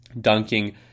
dunking